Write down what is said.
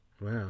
Wow